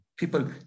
people